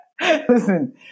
Listen